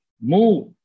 move